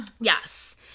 Yes